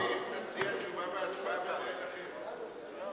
תשובה והצבעה במועד אחר.